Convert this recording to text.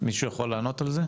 מישהו יכול לענות על זה?